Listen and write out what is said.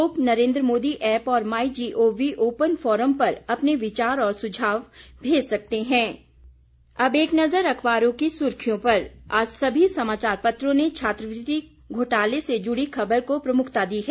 लोग नरेन्द्र मोदी ऐप और my G O V open forum पर अपने विचार और सुझाव भेज सकते एक नज़र अखबारों की सुर्खियों पर आज सभी समाचार पत्रों ने छात्रवृति घोटाले से जुड़ी खबर को प्रमुखता दी है